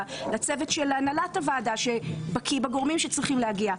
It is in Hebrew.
לצוות של הנהלת הוועדה שבקי לגבי הגורמים שצריכים להגיע.